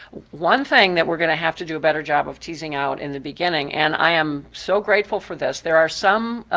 one thing that we're going to have to do a better job of teasing out in the beginning, and i am so grateful for this, there are some